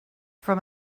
from